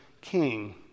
king